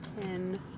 ten